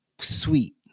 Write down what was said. sweet